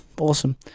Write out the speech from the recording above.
awesome